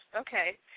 Okay